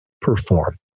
perform